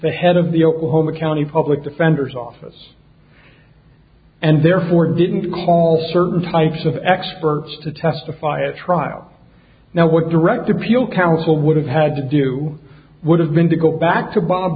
the head of the oklahoma county public defender's office and therefore didn't call certain types of experts to testify at trial now what direct appeal counsel would have had to do would have been to go back to bob